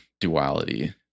duality